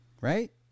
Right